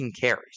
carries